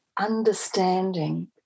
understanding